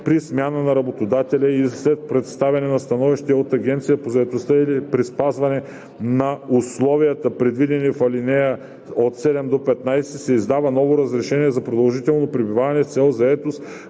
При смяна на работодател и след представяне на становище от Агенцията по заетостта при спазване на условията, предвидени в ал. 7 – 15, се издава ново разрешение за продължително пребиваване с цел заетост